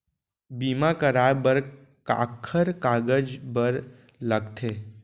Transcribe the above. बीमा कराय बर काखर कागज बर लगथे?